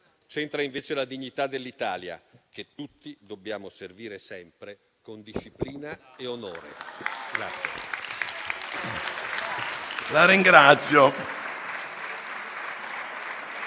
C'entra, invece, la dignità dell'Italia, che tutti dobbiamo servire sempre con disciplina e onore.